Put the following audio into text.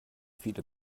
viele